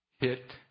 hit